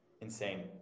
insane